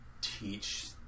teach